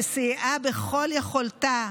שסייעה בכל יכולתה